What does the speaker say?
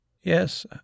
Yes